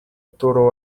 toro